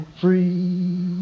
free